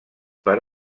per